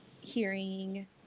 hearing